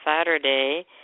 Saturday